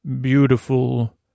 beautiful